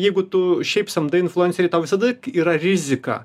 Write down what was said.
jeigu tu šiaip samdai influencerį tau visada yra rizika